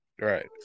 Right